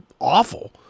awful